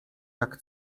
jak